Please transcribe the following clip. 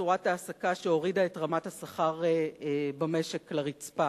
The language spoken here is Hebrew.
צורת ההעסקה שהורידה את רמת השכר במשק לרצפה.